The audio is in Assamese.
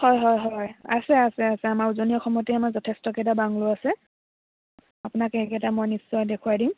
হয় হয় হয় আছে আছে আছে আমাৰ উজনি অসমতে আমাৰ যথেষ্ট কেইটা বাংলো আছে আপোনাক এইকেইটা মই নিশ্চয় দেখুৱাই দিম